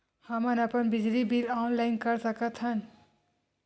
हमन अपन बिजली बिल ऑनलाइन कर सकत हन?